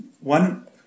one